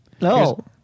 No